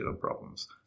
problems